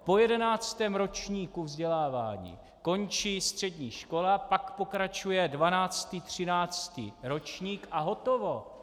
Po jedenáctém ročníku vzdělávání končí střední škola, pak pokračuje dvanáctý, třináctý ročník a hotovo.